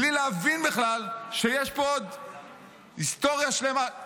בלי להבין בכלל שיש פה עוד היסטוריה שלמה,